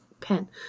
pen